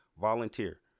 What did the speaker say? volunteer